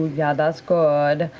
yeah, that's good.